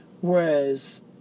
whereas